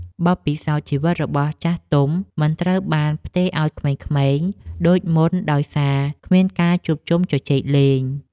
បទពិសោធន៍ជីវិតរបស់ចាស់ទុំមិនត្រូវបានផ្ទេរឱ្យក្មេងៗដូចមុនដោយសារគ្មានការជួបជុំជជែកលេង។